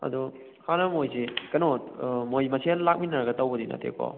ꯑꯗꯣ ꯍꯥꯟꯅ ꯃꯣꯏꯁꯤ ꯀꯩꯅꯣ ꯃꯣꯏ ꯃꯁꯦꯜ ꯂꯥꯛꯃꯤꯟꯅꯔꯒ ꯇꯧꯕꯗꯤ ꯅꯠꯇꯦꯀꯣ